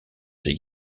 ses